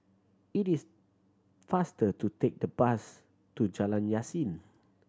it is faster to take the bus to Jalan Yasin